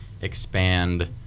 expand